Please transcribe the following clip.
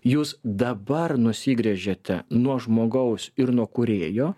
jūs dabar nusigręžėte nuo žmogaus ir nuo kūrėjo